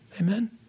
Amen